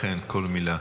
אכן, כל מילה.